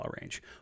range